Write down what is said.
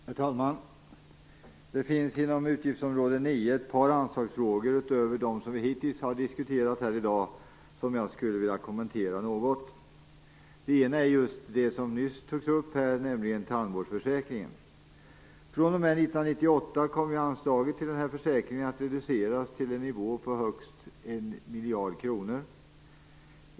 Herr talman! Det finns inom utgiftsområde 9 ett par anslagsfrågor utöver dem som hittills har diskuterats och som jag här något vill kommentera. En fråga gäller det som nyss togs upp, nämligen tandvårdsförsäkringen. Från 1998 kommer anslaget till tandvårdsförsäkringen att reduceras till en nivå på högst 1 miljard kronor.